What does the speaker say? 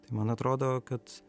tai man atrodo kad